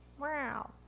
Wow